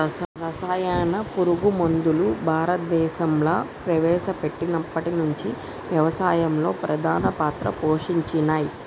రసాయన పురుగు మందులు భారతదేశంలా ప్రవేశపెట్టినప్పటి నుంచి వ్యవసాయంలో ప్రధాన పాత్ర పోషించినయ్